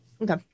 Okay